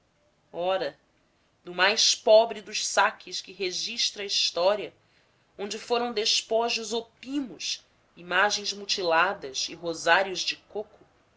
ora no mais pobre dos saques que registra a história onde foram despojos opimos imagens mutiladas e rosários de coco